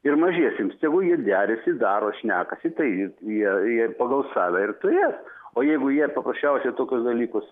ir mažiesiems tegu jie derasi daro šnekasi tai jie jie ir pagal save ir turės o jeigu jie paprasčiausiai tokius dalykus